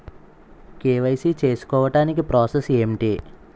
KYC చేసుకోవటానికి process ఏంటి?